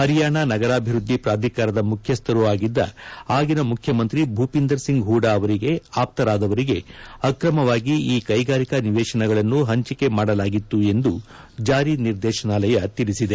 ಪರಿಯಾಣ ನಗರಾಭಿವೃದ್ಧಿ ಪ್ರಾಧಿಕಾರದ ಮುಖ್ಯಸ್ಥರು ಆಗಿದ್ದ ಆಗಿನ ಮುಖ್ಯಮಂತ್ರಿ ಭೂಪಿಂದರ್ಸಿಂಗ್ ಹೂಡ ಅವರಿಗೆ ಆಪ್ತರಾದವರಿಗೆ ಅಕ್ರಮವಾಗಿ ಈ ಕೈಗಾರಿಕಾ ನಿವೇಶನಗಳನ್ನು ಹಂಚಿಕೆ ಮಾಡಲಾಗಿತ್ತು ಎಂದು ಜಾರಿ ನಿರ್ದೇಶನಾಲಯ ತಿಳಿಸಿದೆ